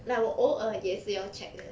like 我偶尔也是要 check 的